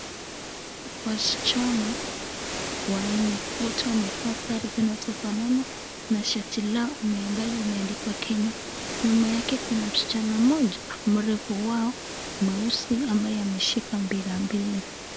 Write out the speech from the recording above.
Wasichana wanne, wote wamevaa sare zinazofanana na shati lao ambayo imeandikwa 'Kenya'.Nyuma yake kuna msichana mmoja mrefu wao, mweusi, ambaye ameshika mpira mbili.